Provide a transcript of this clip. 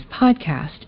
podcast